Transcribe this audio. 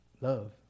love